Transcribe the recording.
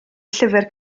llyfr